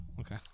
Okay